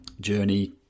journey